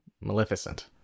maleficent